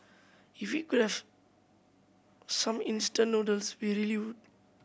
if we could have some instant noodles we really would